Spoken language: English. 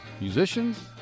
Musicians